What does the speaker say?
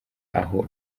aho